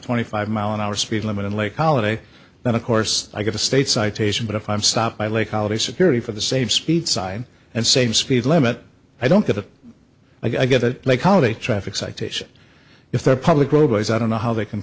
twenty five mile an hour speed limit in lake holiday then of course i get a state citation but if i'm stopped by lake holiday security for the same speed side and same speed limit i don't get it i get it like holiday traffic citations if they're public roadways i don't know how they can